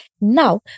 Now